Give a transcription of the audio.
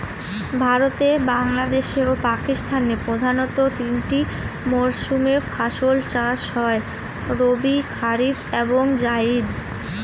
ভারতে বাংলাদেশে ও পাকিস্তানে প্রধানত তিনটা মরসুমে ফাসল চাষ হয় রবি কারিফ এবং জাইদ